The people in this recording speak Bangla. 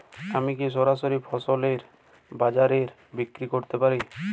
আমি কি সরাসরি ফসল বাজারে বিক্রি করতে পারি?